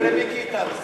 זה למיקי איתן.